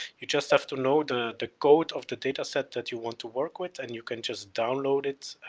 you just have to know the the code of the dataset that you want to work with and you can just download it,